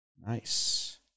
Nice